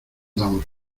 damos